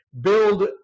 build